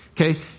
Okay